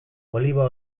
oliba